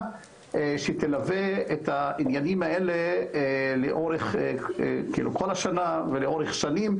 שילוו את העניינים האלה כל השנה ולאורך שנים,